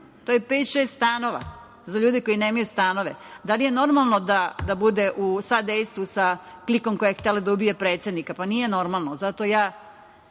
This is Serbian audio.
šest stanova za ljude koji nemaju stanove. Da li je normalno da bude u sadejstvu sa klikom koji je htela da ubije predsednika? Pa, nije normalno i zato želim